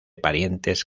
parientes